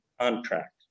contract